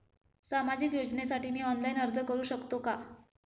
सामाजिक योजनेसाठी मी ऑनलाइन अर्ज करू शकतो का?